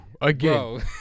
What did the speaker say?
again